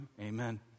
Amen